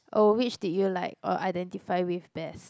oh which did you like or identify with best